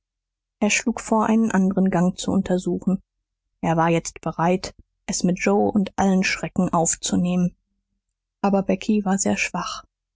er schlug vor einen anderen gang zu untersuchen er war jetzt bereit es mit joe und allen schrecken aufzunehmen aber becky war sehr schwach